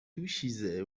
دوشیزه